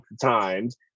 times